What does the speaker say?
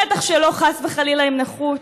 בטח שלא, חס וחלילה, עם נכות,